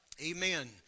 Amen